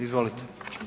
Izvolite.